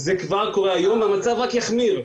זה כבר קורה היום, והמצב רק יחמיר.